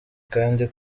kandi